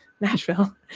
Nashville